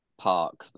park